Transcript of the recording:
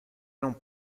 não